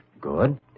Good